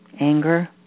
anger